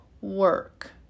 work